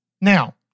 Now